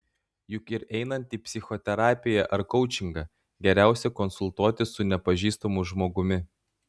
juk ir einant į psichoterapiją ar koučingą geriausia konsultuotis su nepažįstamu žmogumi